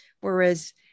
whereas